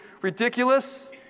ridiculous